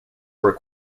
were